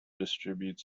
distributes